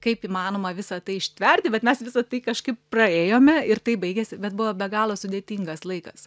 kaip įmanoma visa tai ištverti bet mes visa tai kažkaip praėjome ir tai baigėsi bet buvo be galo sudėtingas laikas